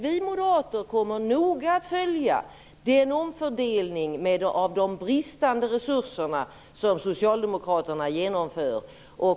Vi moderater kommer noga att följa den omfördelning av de bristande resurserna som Socialdemokraterna genomför.